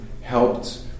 helped